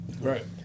Right